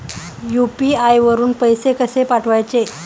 UPI वरून पैसे कसे पाठवायचे?